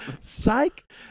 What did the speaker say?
Psych